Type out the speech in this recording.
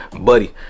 buddy